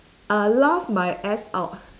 uh laugh my ass out